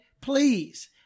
Please